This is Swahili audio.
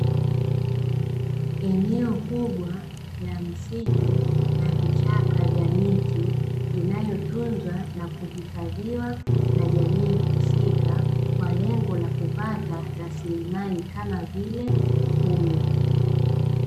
Eneo kubwa la msitu na vichaka vya miti, inayotunzwa na kuhifadhiwa na jamii husika, kwa lengo la kupata rasilimali kama vile kuni.